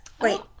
Wait